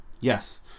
Yes